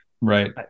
right